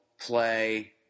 play